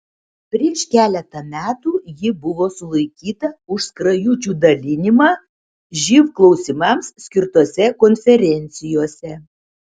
prieš keletą metų ji buvo sulaikyta už skrajučių dalinimą živ klausimams skirtose konferencijose